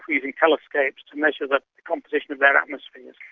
using telescopes to measure the composition of their atmospheres,